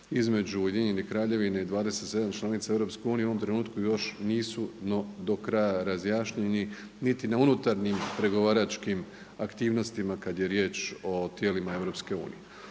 između UK i 27 članica EU u ovom trenutku još nisu do kraja razjašnjeni niti na unutarnjim pregovaračkim aktivnostima kada je riječ o tijelima EU.